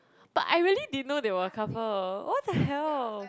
but I really didn't know they were a couple what the hell